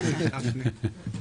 בבקשה.